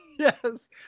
Yes